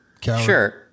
Sure